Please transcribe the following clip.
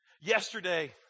Yesterday